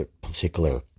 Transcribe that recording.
particular